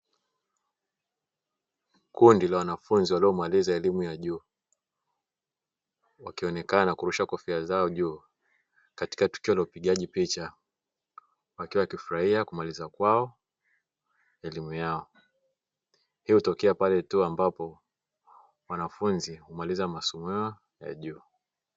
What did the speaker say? Kundi la wanafunzi waliomaliza elimu ya juu wakionekana kurusha kofia zao juu katika tukio la upigaji picha, wakiwa wakifurahia kumaliza kwao elimu yao, hii hutokea pale tu ambapo wanafunzi humaliza masomo yao ya juu.